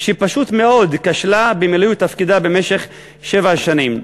שפשוט מאוד כשלה במילוי תפקידה במשך שבע שנים.